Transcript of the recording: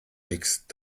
mixt